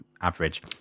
average